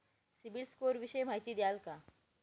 CIBIL score विषयी माहिती द्याल का?